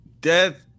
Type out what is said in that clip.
death